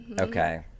okay